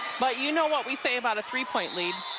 but you know what we say about a three-point lead